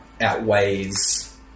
outweighs